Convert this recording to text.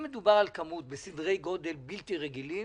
אם מדובר על כמות בסדרי גודל בלתי רגילים,